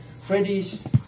Freddie's